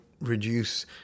reduce